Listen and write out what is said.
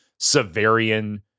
Severian-